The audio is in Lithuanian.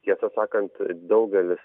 tiesą sakant daugelis